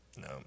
no